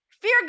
Fear